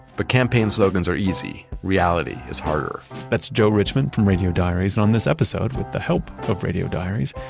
but campaign slogans are easy. reality is harder that's joe richmond from radio diaries, and on this episode, with the help of radio diaries,